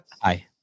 Hi